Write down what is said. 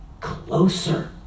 closer